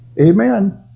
Amen